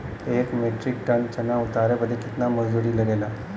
एक metric tonne चना उतारे बदे कितना मजदूरी लगे ला?